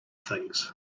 things